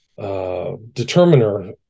determiner